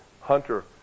Hunter